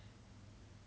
messed up leh